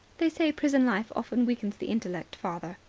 they say prison life often weakens the intellect, father,